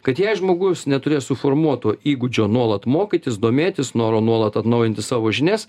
kad jei žmogus neturės suformuoto įgūdžio nuolat mokytis domėtis noro nuolat atnaujinti savo žinias